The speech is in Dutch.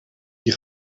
die